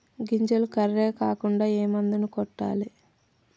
గింజలు కర్రెగ కాకుండా ఏ మందును కొట్టాలి?